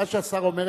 מה שהשר אומר,